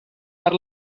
per